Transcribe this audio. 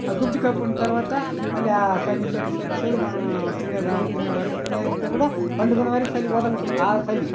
ఆ దుప్పటి కప్పుకున్న తర్వాత మళ్ళీ ఆ చలి చలి చలి మనం తినే ద తినేవరకు తినేస్తే కూడా పండుకునేంత వరుకు చలి వదలదు ఆ చలి